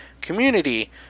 community